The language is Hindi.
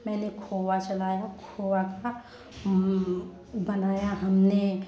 मैंने खोया जलाया खोया का बनाया हमने